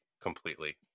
completely